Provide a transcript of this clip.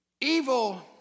Evil